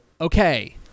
okay